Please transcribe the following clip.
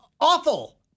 awful